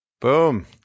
Boom